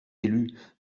élus